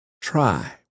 try